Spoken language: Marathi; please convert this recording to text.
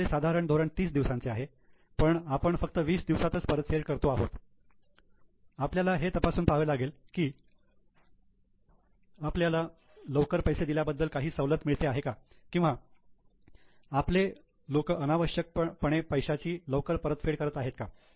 समजा आपले साधारण धोरण 30 दिवसांचे आहे पण आपण फक्त 20 दिवसातच परतफेड करतो आहोत आपल्याला हे तपासून पहावे लागेल की आपल्याला लवकर पैसे दिल्याबद्दल काही सवलत मिळते आहे का किंवा आपले लोक अनावश्यक पणे पैशाची लवकर परतफेड करत आहेत का